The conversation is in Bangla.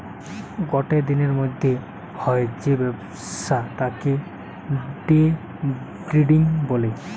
গটে দিনের মধ্যে হয় যে ব্যবসা তাকে দে ট্রেডিং বলে